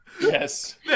yes